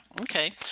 Okay